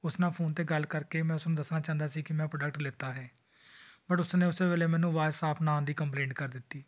ਉਸ ਨਾਲ ਫੋਨ 'ਤੇ ਗੱਲ ਕਰਕੇ ਮੈਂ ਉਸਨੂੰ ਦੱਸਣਾ ਚਾਹੁੰਦਾ ਸੀ ਕਿ ਮੈਂ ਪ੍ਰੋਡਕਟ ਲਿਤਾ ਹੈ ਬਟ ਉਸਨੇ ਉਸੇ ਵੇਲੇ ਮੈਨੂੰ ਅਵਾਜ਼ ਸਾਫ ਨਾ ਆਉਣ ਦੀ ਕੰਪਲੇਂਟ ਕਰ ਦਿੱਤੀ